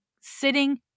sitting